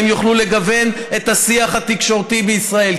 והם יוכלו לגוון את השיח התקשורתי בישראל,